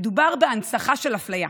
מדובר בהנצחה של אפליה,